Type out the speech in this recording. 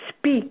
speak